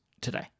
today